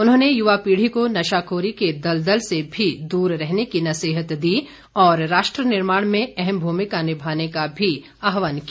उन्होंने युवा पीढ़ी को नशाखोरी के दलदल से भी दूर रहने की नसीहत दी और राष्ट्र निर्माण में अहम भूमिका निभाने का भी आहवान किया